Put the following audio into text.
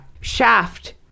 shaft